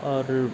और